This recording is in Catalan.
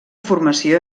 formació